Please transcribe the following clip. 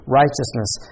righteousness